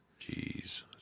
Jeez